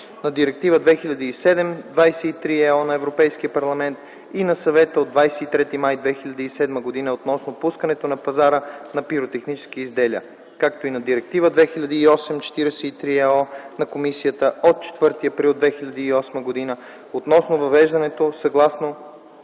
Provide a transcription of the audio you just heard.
на Директива 2007/23/ЕО на Европейския парламент и на Съвета от 23 май 2007 година относно пускането на пазара на пиротехнически изделия, както и на Директива 2008/43/ЕО на Комисията от 4 април 2008 година относно въвеждането, съгласно